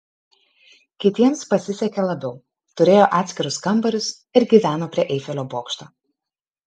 kitiems pasisekė labiau turėjo atskirus kambarius ir gyveno prie eifelio bokšto